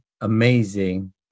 amazing